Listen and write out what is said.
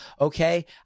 okay